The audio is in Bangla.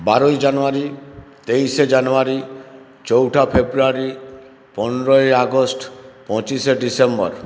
বারোই জানুয়ারি তেইশে জানুয়ারি চৌঠা ফেব্রুয়ারি পনেরোই আগস্ট পঁচিশে ডিসেম্বর